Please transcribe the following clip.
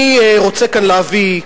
אני רוצה כאן להביא,